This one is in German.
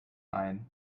ein